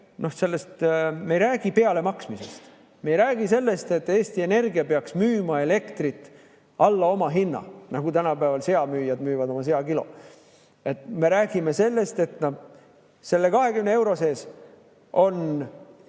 ei räägi pealemaksmisest. Me ei räägi sellest, et Eesti Energia peaks müüma elektrit alla omahinna, nagu tänapäeval seamüüjad müüvad oma sealiha kilo. Me räägime sellest, et selle 20 euro sees on